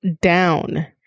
down